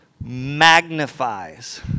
magnifies